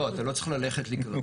לא, אתה לא צריך ללכת לקראתי.